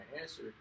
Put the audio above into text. answer